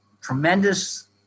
tremendous